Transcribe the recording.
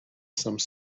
some